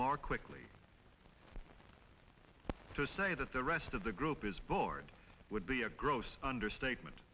more quickly to say that the rest of the group is bored would be a gross understatement